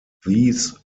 these